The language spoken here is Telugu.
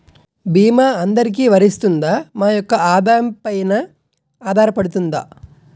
భీమా అందరికీ వరిస్తుందా? మా యెక్క ఆదాయం పెన ఆధారపడుతుందా?